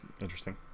interesting